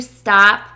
stop